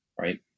right